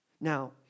Now